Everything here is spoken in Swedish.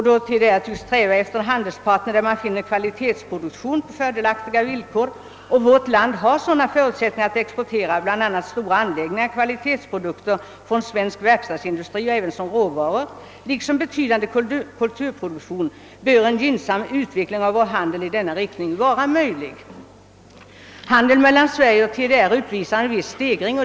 Då TDR tycks sträva efter handelspartners som erbjuder kvalitetsprodukter på fördelaktiga villkor och då vårt land uppfyller dessa krav och därför har förutsättningar att exportera bl.a. stora anläggningar, kvalitetsprodukter från svensk verkstadsindustri liksom råvaror och vidare har en betydande kulturproduktion bör en gynnsam utveckling av vår handel i denna riktning vara möjlig. Handeln mellan Sverige och TDR uppvisar en viss ökning.